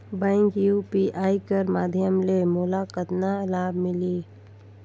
Bank UPI कर माध्यम ले मोला कतना लाभ मिली?